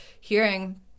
hearing